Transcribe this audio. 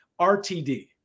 RTD